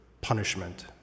punishment